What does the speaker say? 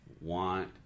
want